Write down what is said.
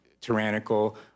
tyrannical